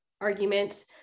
argument